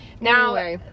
now